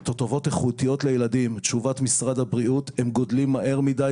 תותבות איכותיות לילדים תשובת משרד הבריאות: הם גדלים מהר מדי,